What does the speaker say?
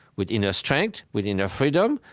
with inner strength, with inner freedom,